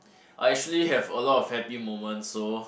I actually have a lot of happy moment so